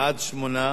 בעד, 8,